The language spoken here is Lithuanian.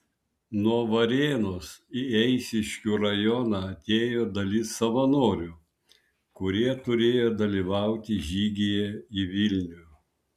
nuo varėnos į eišiškių rajoną atėjo dalis savanorių kurie turėjo dalyvauti žygyje į vilnių